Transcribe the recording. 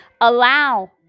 allow